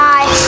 Bye